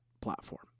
platform